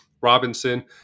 Robinson